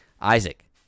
Isaac